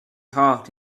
heart